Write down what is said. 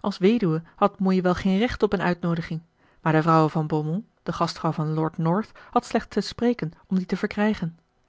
als weduwe had moei wel geen recht op eene uitnoodiging maar de vrouwe van beaumont de gastvrouw van lord north had slechts te spreken om die te verkrijgen